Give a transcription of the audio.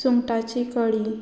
सुंगटाची कडी